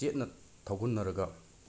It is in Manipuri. ꯆꯦꯠꯅ ꯊꯧꯒꯣꯟꯅꯔꯒ